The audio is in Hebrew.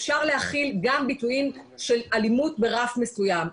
אפשר להחיל גם ביטויים של אלימות ברף מסוים.